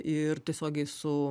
ir tiesiogiai su